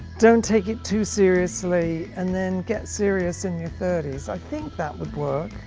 don't take it too seriously and then get serious in your thirty s. i think that would work?